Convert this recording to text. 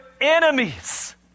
enemies